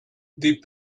des